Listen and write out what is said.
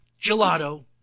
gelato